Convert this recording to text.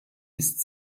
ist